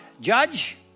judge